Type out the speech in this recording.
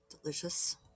delicious